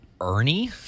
Ernie